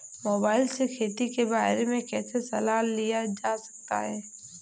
Mobile से खेती के बारे कैसे सलाह लिया जा सकता है?